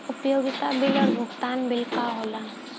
उपयोगिता बिल और भुगतान बिल का होला?